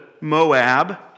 Moab